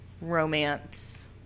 romance